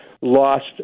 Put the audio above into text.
lost